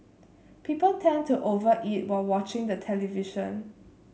people tend to over eat while watching the television